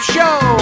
Show